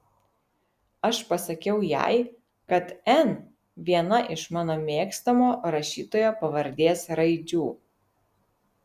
aš pasakiau jai kad n viena iš mano mėgstamo rašytojo pavardės raidžių